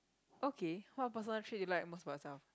okay what personal trait do you like most about yourself